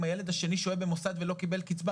הילד השני שוהה במוסד ולא קיבל קצבה,